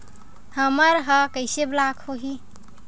हमर ह कइसे ब्लॉक होही?